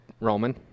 Roman